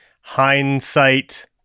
hindsight